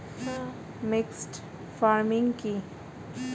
Mixed farming কি?